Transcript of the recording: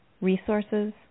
resources